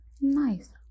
Nice